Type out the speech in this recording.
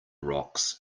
rocks